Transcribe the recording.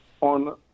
on